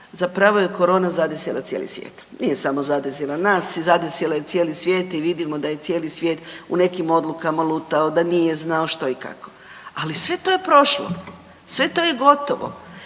zapravo je korona zadesila cijeli svijet. Nije samo zadesila nas. Zadesila je cijeli svijet i vidimo da je cijeli svijet u nekim odlukama lutao, da nije znao što i kako. Ali sve to je prošlo. Sve to je gotovo.